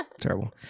terrible